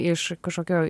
iš kažkokio